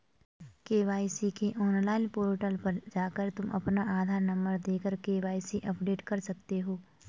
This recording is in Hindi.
के.वाई.सी के ऑनलाइन पोर्टल पर जाकर तुम अपना आधार नंबर देकर के.वाय.सी अपडेट कर सकते हो